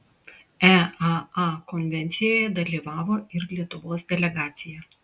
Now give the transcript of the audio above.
eaa konvencijoje dalyvavo ir lietuvos delegacija